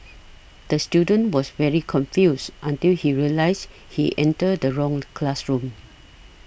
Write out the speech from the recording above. the student was very confused until he realised he entered the wrong classroom